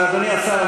אדוני השר,